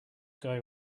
guy